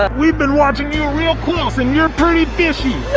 ah we've been watching you real close, and you're pretty fishy!